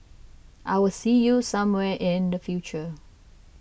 I'll see you somewhere in the future